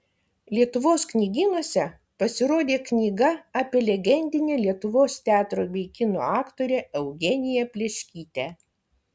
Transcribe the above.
lietuvos knygynuose pasirodė knyga apie legendinę lietuvos teatro bei kino aktorę eugeniją pleškytę